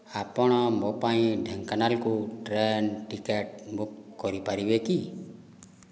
ଆପଣ ମୋ ପାଇଁ ଢେଙ୍କାନାଳକୁ ଟ୍ରେନ୍ ଟିକେଟ୍ ବୁକ୍ କରିପାରିବେ କି